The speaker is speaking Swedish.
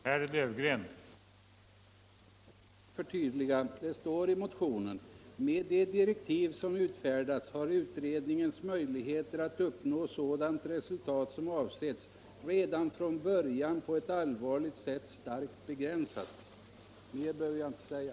Herr talman! Jag vill bara göra ytterligare ett förtydligande. Det heter i motionen: ”Med de direktiv som utfärdats har utredningens möjligheter att uppnå sådant resultat som avsetts redan från början på ett allvarligt sätt starkt begränsats.” Mer behöver jag inte säga.